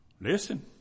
Listen